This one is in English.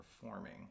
performing